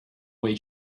way